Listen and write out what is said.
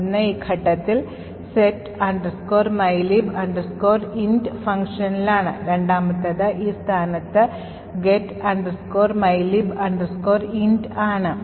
ഒന്ന് ഈ ഘട്ടത്തിൽ set mylib int ഫംഗ്ഷനിലാണ് രണ്ടാമത്തേത് ഈ സ്ഥാനത്ത് get mylib int ആണ്